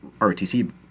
ROTC